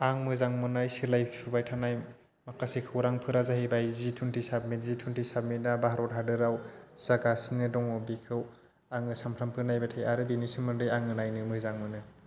आं मोजां मोननाय सोलायफुबाय थानाय माखासे खौरांफोरा जाहैबाय जि थुइनथि सामिथ जि थुइनथि सामिथआ जाहैबाय भारत हादोराव जागासिनो दङ बिखौ आङो सामफ्रोमबो नायबाय आरो बिनि सोमोन्दै आङो नायनो मोजां मोनो